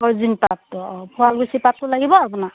origin পাটটো অঁ শুৱালকুছি পাটটো লাগিব আপোনাক